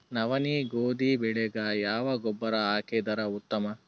ನವನಿ, ಗೋಧಿ ಬೆಳಿಗ ಯಾವ ಗೊಬ್ಬರ ಹಾಕಿದರ ಉತ್ತಮ?